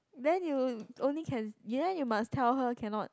then you only can then you must tell her cannot